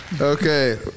Okay